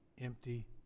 empty